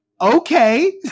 okay